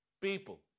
People